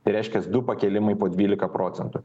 tai reiškias du pakilimai po dvyliką procentų